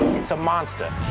it's a monster.